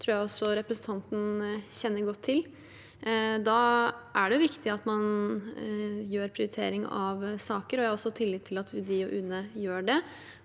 tror jeg også representanten kjenner godt til. Da er det viktig at man gjør en prioritering av saker, og jeg har tillit til at UDI og UNE gjør det,